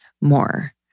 more